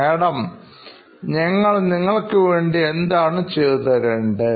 madam ഞങ്ങൾ നിങ്ങൾക്ക് വേണ്ടി എന്താണ് ചെയ്തു തരേണ്ടത്